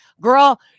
Girl